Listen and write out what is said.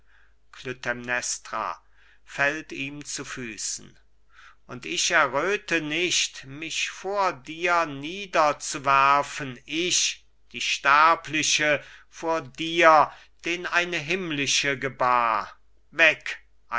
und ich erröthe nicht mich vor dir nieder zu werfen ich die sterbliche vor dir den eine himmlische gebar weg